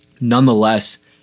Nonetheless